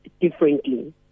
differently